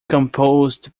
composed